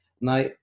Now